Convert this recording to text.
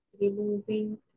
removing